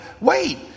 wait